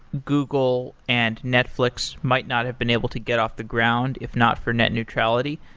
google and netflix might not have been able to get off the ground if not for net neutrality.